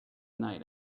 night